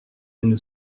une